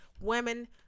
women